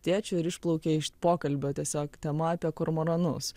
tėčiu ir išplaukė iš pokalbio tiesiog tema apie kormoranus